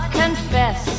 confess